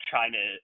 china